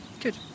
Good